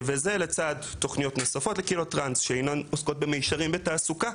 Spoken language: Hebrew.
וזה לצד תוכניות נוספות לקהילות טרנס שאינן עוסקות במישרין בתעסוקה.